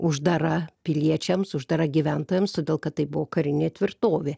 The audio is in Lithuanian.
uždara piliečiams uždara gyventojams todėl kad tai buvo karinė tvirtovė